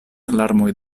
larmoj